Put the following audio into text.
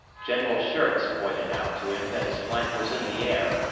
general schurz pointed out to him that his flank was in the air,